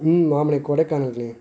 ம் ஆமாண்ணே கொடைக்கானலுக்குண்ணே